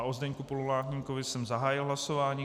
O Zdeňku Pololáníkovi jsem zahájil hlasování.